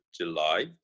July